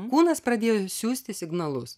kūnas pradėjo siųsti signalus